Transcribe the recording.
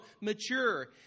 mature